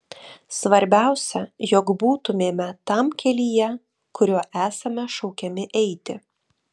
svarbiausia jog būtumėme tam kelyje kuriuo esame šaukiami eiti